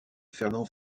fernand